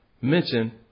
mention